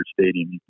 Stadium